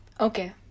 okay